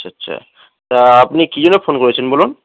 আচ্ছা আচ্ছা তা আপনি কি জন্য ফোন করেছেন বলুন